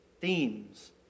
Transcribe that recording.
themes